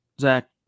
Zach